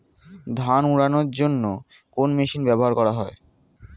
ধান উড়ানোর জন্য কোন মেশিন ব্যবহার করা হয়?